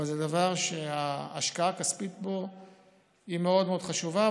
אבל זה דבר שההשקעה הכספית בו היא מאוד מאוד חשובה,